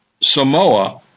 Samoa